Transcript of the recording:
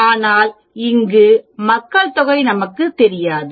ஆனால் இங்கு மக்கள்தொகை நமக்கு தெரியாது